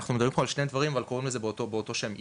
אנחנו מדברים על שני דברים אבל קוראים לזה באותו שם.